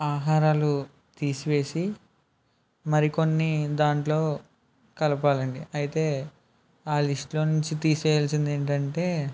ఆహారాలు తీసివేసి మరికొన్ని దాంట్లో కలపాలండి అయితే ఆ లిస్టులో నుంచి తీసేయాల్సిందేంటంటే